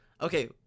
okay